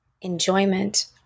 enjoyment